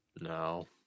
No